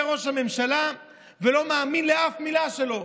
ראש הממשלה ולא מאמינה לאף מילה שלו.